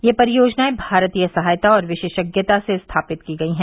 यह परियोजनाएं भारतीय सहायता और विशेषज्ञता से स्थापित की गई हैं